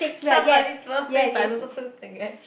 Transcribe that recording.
somebody's birthday I don't know who's the guy